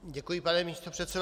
Děkuji, pane místopředsedo.